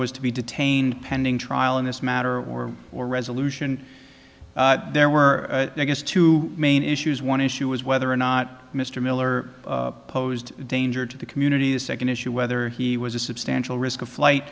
was to be detained pending trial in this matter or or resolution there were two main issues one issue was whether or not mr miller posed a danger to the community the second issue whether he was a substantial risk of flight